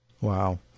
Wow